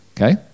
Okay